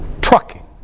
Trucking